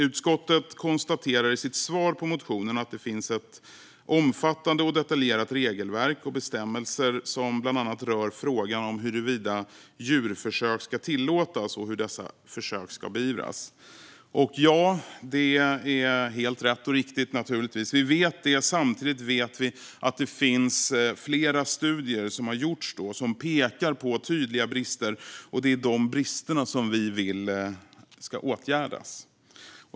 Utskottet konstaterar i sitt svar på motionen att det finns ett omfattande och detaljerat regelverk och bestämmelser som bland annat rör frågan om huruvida djurförsök ska tillåtas och hur dessa försök ska bedrivas. Ja, det är naturligtvis helt rätt och riktigt. Vi vet det. Samtidigt vet vi att det har gjorts flera studier som pekar på tydliga brister, och det är de bristerna som vi vill ska åtgärdas.